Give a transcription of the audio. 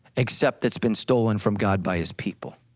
except that's been stolen from god by his people.